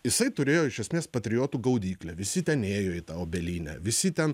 jisai turėjo iš esmės patriotų gaudyklę visi ten ėjo į tą obelynę visi ten